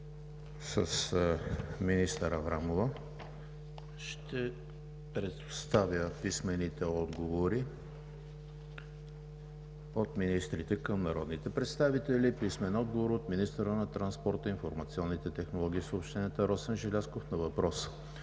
с министър Аврамова, ще предоставя писмените отговори от министрите към народните представители. Писмени отговори от: - министъра на транспорта, информационните технологии и съобщенията Росен Желязков на въпрос